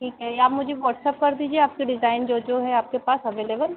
ठीक है या मुझे वाट्सअप कर दीजिए आपके डिज़ाइन जो जो है आपके पास अवेलेवल